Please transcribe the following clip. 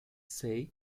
say